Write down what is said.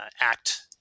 act